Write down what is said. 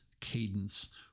cadence